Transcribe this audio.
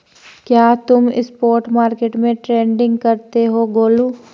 क्या तुम spot market में ट्रेडिंग करते हो गोलू?